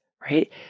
right